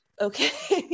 Okay